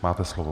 Máte slovo.